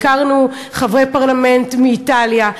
הכרנו חברי פרלמנט מאיטליה,